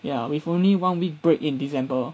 ya with only one week break in december